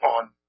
on